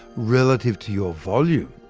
relative to your volume.